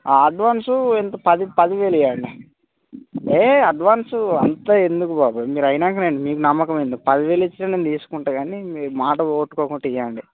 advance ఎంత పది పది వేలు ఇవ్వలా ఏ అడ్వాన్సు అంత ఎందుకు బాబాయ్ మీరు అయినాక మీకు నమ్మకం ఎందుకు పది వేలు ఇచ్చిన నేను తీసుకుంటాను కానీ మీరు మాట పోగొట్టుకోకుండా ఇవ్వండి